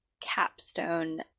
capstone